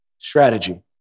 strategy